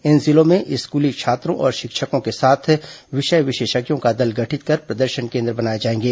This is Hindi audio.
इन जिलों में स्कूली छात्रों और शिक्षकों के साथ विषय विशेषज्ञों का दल गठित कर प्रदर्शन केन द्र बनाए जाएंगे